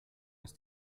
ist